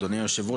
אדוני היושב-ראש.